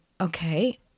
okay